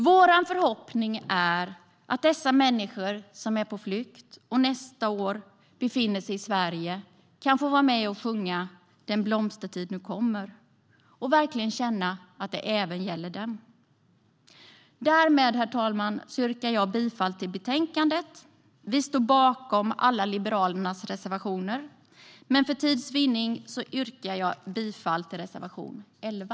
Vår förhoppning är att de människor som nu är på flykt och nästa år kan befinna sig i Sverige kan få vara med och sjunga "Den blomstertid nu kommer" och verkligen känna att det även gäller dem. Herr talman! Därmed yrkar jag bifall till utskottets förslag i betänkandet. Vi står bakom alla Liberalernas reservationer, men för tids vinnande yrkar jag bifall endast till reservation 11.